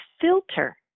filter